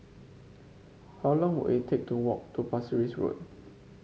how long will it take to walk to Pasir Ris Road